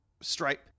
stripe